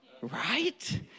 Right